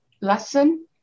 lesson